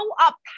up